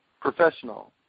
professional